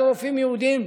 ליד רופאים יהודים,